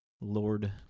Lord